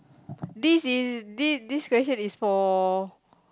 this is this this question is for